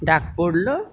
ডাক পড়ল